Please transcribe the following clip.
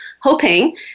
hoping